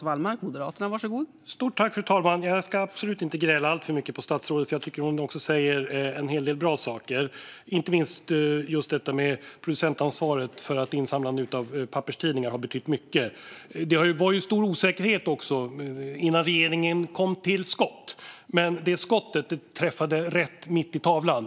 Fru talman! Jag ska absolut inte gräla alltför mycket på statsrådet. Jag tycker att hon säger en hel del bra saker. Det gäller inte minst just detta med producentansvaret för insamlandet av papperstidningar. Det har betytt mycket. Det har varit en stor osäkerhet innan regeringen kom till skott. Men det skottet träffade rätt mitt i tavlan.